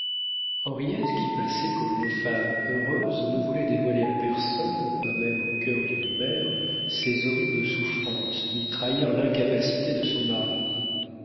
henriette qui passait pour une femme heureuse ne voulait dévoiler à personne pas même au cœur d'une mère ses horribles souffrances ni trahir l'incapacité de son mari